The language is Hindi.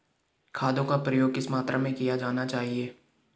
खादों का प्रयोग किस मात्रा में किया जाना चाहिए?